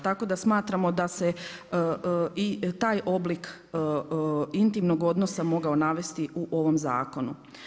Tako da smatramo da se i taj oblik intimnog odnosa mogao navesti u ovom zakonu.